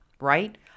right